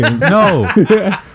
No